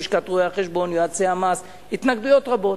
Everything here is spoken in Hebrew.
לשכת רואי-חשבון, יועצי המס, התנגדויות רבות.